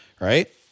right